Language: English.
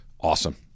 Awesome